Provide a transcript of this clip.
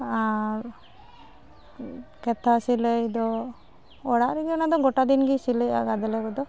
ᱟᱨ ᱠᱮᱛᱷᱟ ᱥᱤᱞᱟᱹᱭᱫᱚ ᱚᱲᱟᱜᱨᱮᱜᱮ ᱚᱱᱟᱫᱚ ᱜᱚᱴᱟᱫᱤᱱᱜᱮ ᱥᱤᱞᱟᱹᱭᱚᱜᱼᱟ ᱜᱟᱫᱽᱞᱮ ᱨᱮᱫᱚ